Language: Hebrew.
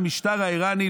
במשטר האיראני,